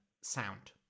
sound